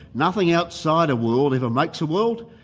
nothing outside a world ever makes a world,